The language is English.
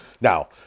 Now